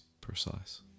precise